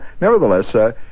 nevertheless